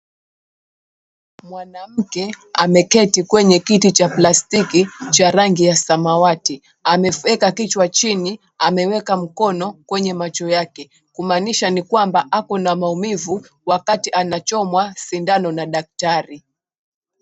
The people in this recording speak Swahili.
Mwanamke ameketi kwenye kiti cha plastiki cha rangi ya samawati. Ameweka kichwa chini, ameweka mkono kwenye macho yake kumaanisha ni kwamba ako na maumivu wakati anachomwa sindano na daktari.